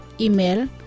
Email